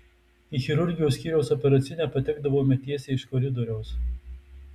į chirurgijos skyriaus operacinę patekdavome tiesiai iš koridoriaus